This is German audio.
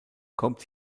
kommt